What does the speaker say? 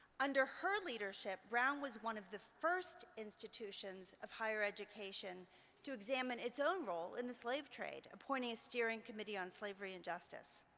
under her leadership, brown was one of the first institutions of higher education to examine its own role in the slave trade appointing a steering committee on slavery and justice.